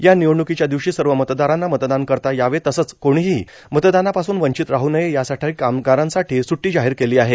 या निवडणूकीच्या दिवशी सर्व मतदारांना मतदान करता यावे तसंच कोणीही मतदानापासून वंचित राह नये यासाठी कामगारांसाठी सुद्दी जाहीर केली आहे